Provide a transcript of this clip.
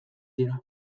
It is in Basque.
dira